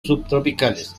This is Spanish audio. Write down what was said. subtropicales